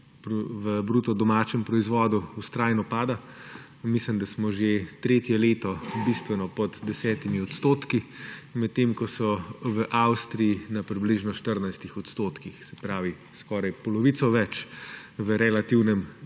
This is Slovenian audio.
v bruto domačem proizvodu, vztrajno pada in mislim, da smo že tretje leto bistveno pod 10 %, medtem ko so v Avstriji na približno 14 %, se pravi, da skoraj polovico več v relativnem